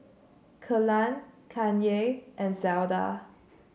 Kelan Kanye and Zelda